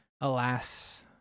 alas